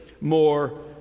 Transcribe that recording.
more